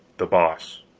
the boss.